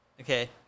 Okay